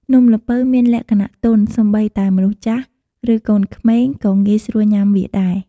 នំល្ពៅមានលក្ខណៈទន់ សូម្បីតែមនុស្សចាស់ ឬ កូនក្មេងក៏ងាយស្រួលញុំាវាដែរ។